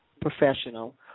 professional